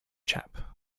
chap